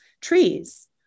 trees